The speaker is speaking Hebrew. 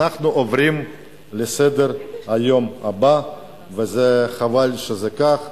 אנחנו עוברים לסדר-היום, וחבל שזה כך.